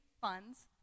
funds